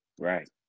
right